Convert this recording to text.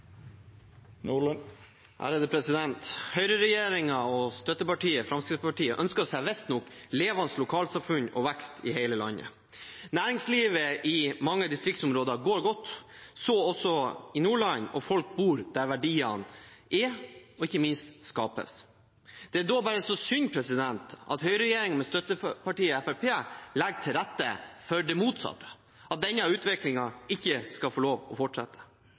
og støttepartiet Fremskrittspartiet ønsker seg visstnok levende lokalsamfunn og vekst i hele landet. Næringslivet i mange distriktsområder går godt, så også i Nordland, og folk bor der verdiene er og ikke minst skapes. Det er bare så synd at høyreregjeringen med støttepartiet Fremskrittspartiet legger til rette for det motsatte, at denne utviklingen ikke skal få lov til å fortsette.